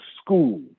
school